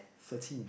thirteen